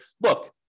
look